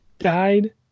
died